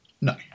No